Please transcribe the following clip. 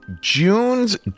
June's